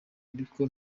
ariko